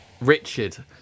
Richard